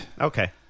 Okay